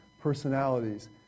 personalities